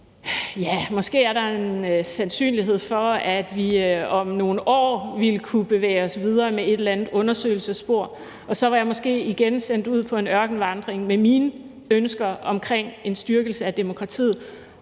og måske var der en sandsynlighed for, at vi om nogle år ville kunne bevæge os videre med et eller andet undersøgelsesspor, og så var jeg måske igen sendt ud på en ørkenvandring med mine ønsker omkring en styrkelse af demokratiet,